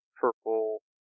purple